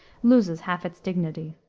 loses half its dignity.